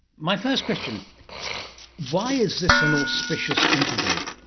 my first question why is this an auspicious interview?